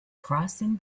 crossing